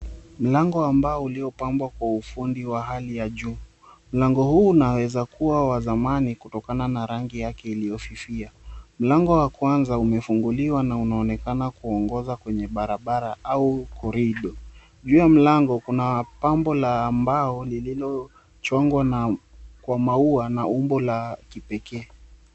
Mlango wa mbao uliopambwa kwa ufundi wa hali ya juu. Mlango huu unaweza kuwa wa zamani kutokana na rangi yake iliyofifia. Mlango wa kwanza umefunguliwa na unaonekana kuongoza kwenye barabara au corridor . Juu ya mlango kuna pambo la mbao lilochongwa na kwa maua na umbo la kipekee.